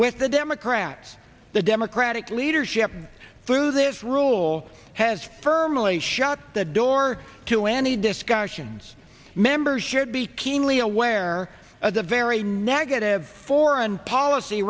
with the democrats the democratic leadership through this room paul has firmly shut the door to any discussions members should be keenly aware of the very negative foreign policy